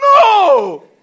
No